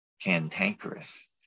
cantankerous